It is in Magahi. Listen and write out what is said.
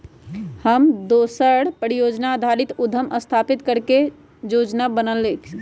हमर दोस परिजोजना आधारित उद्यम स्थापित करे के जोजना बनलकै ह